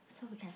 so we can